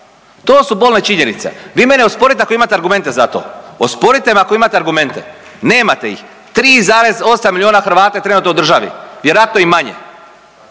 To su bolne činjenice. Vi mene osporite ako imate argumente za to. Osporite me ako imate argumente. Nemate ih. 3,8 milijuna Hrvata je trenutno u državi. Vjerojatno i manje.